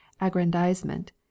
aggrandizement